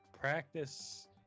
practice